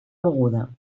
moguda